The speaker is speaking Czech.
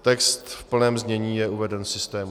Text v plném znění je uveden v systému.